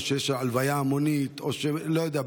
כשיש הלוויה המונית או אני לא יודע,